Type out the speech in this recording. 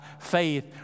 faith